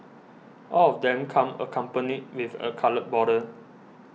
all of them come accompanied with a coloured border